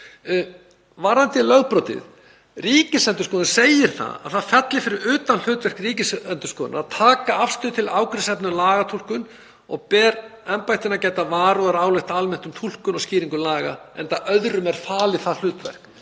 Varðandi lögbrotið. Ríkisendurskoðun segir að það falli fyrir utan hlutverk Ríkisendurskoðunar að taka afstöðu til ágreiningsefna um lagatúlkun og ber embættinu að gæta varúðar að álykta almennt um túlkun og skýringu laga, enda er öðrum falið það hlutverk.